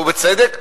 ובצדק,